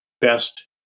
best